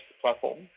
platform